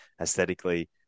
aesthetically